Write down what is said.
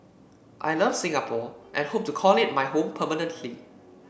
I love Singapore and hope to call it my home permanently